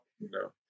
no